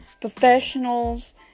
professionals